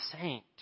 saint